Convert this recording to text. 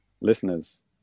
listeners